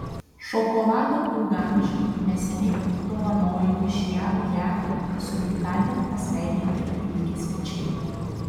šokolado ilgaamžei neseniai dovanojo iš jav ją su gimtadieniu pasveikinti atvykę svečiai